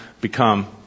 become